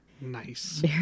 Nice